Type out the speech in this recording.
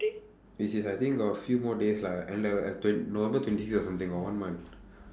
as in I think got a few more days lah N level november twenty seven or something got one month